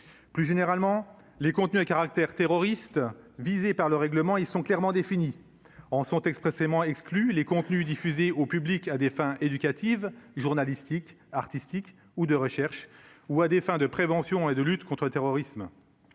Plus généralement, les contenus à caractère terroriste visé par le règlement, ils sont clairement définies en sont expressément exclus les contenus diffusés au public à des fins éducatives journalistique, artistique ou de recherche ou à des fins de prévention et de lutte contre le terrorisme